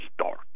start